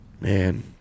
Man